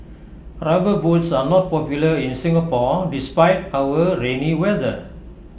rubber boots are not popular in Singapore despite our rainy weather